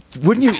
wouldn't you.